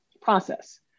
process